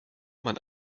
man